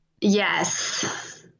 Yes